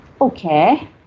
Okay